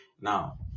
now